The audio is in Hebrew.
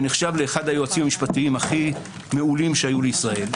שנחשב לאחד היועצים המשפטיים הכי מעולים שהיו לישראל,